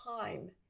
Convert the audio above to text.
time